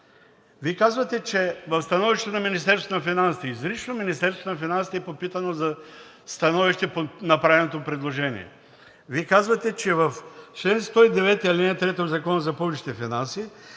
Вие казвате, че в становището на Министерството на финансите – изрично Министерството на финансите е попитано за становище по направеното предложение. Вие казвате, че в чл. 109, ал. 3 от Закона за публичните финанси